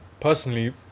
Personally